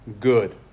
good